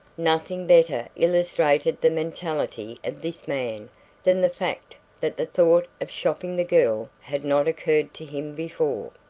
nothing better illustrated the mentality of this man than the fact that the thought of shopping the girl had not occurred to him before.